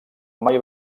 mai